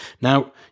Now